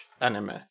anime